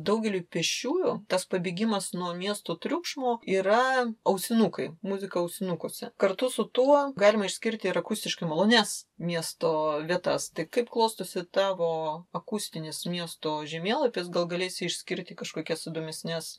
daugeliui pėsčiųjų tas pabėgimas nuo miesto triukšmo yra ausinukai muzika ausinukuose kartu su tuo galima išskirti ir akustiškai malonias miesto vietas tai kaip klostosi tavo akustinis miesto žemėlapis gal galėsi išskirti kažkokias įdomesnes